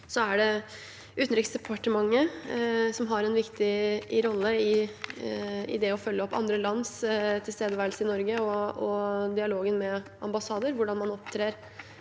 Så er det Utenriksdepartementet som har en viktig rolle i det å følge opp andre lands tilstedeværelse i Norge og dialogen med ambassader, hvordan man opptrer